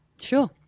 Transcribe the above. Sure